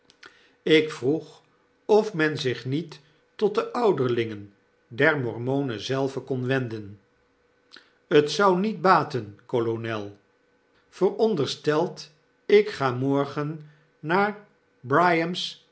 ik vroeg of men zich niet tot de ouderlingen der mormonen zelven kon wenden tzou niet baten kolonel voorondersteldik ga morgen naar